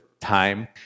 time